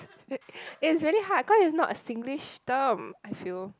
it's really hard cause it's not a Singlish term I feel